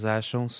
acham